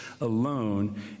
alone